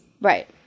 Right